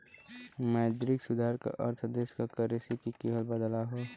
मौद्रिक सुधार क अर्थ देश क करेंसी में किहल बदलाव हौ